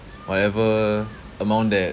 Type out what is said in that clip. whatever amount that